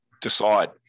decide